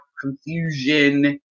confusion